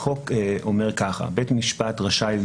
החוק אומר: "בית משפט רשאי,